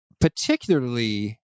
particularly